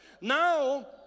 Now